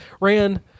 ran